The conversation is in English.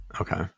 Okay